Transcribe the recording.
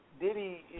Diddy